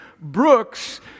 Brooks